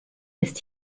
ist